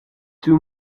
two